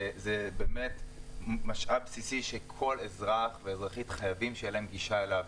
זה באמת משאב בסיסי שכל אזרח ואזרחית חייבים שתהיה להם גישה אליו.